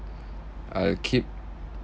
I'll keep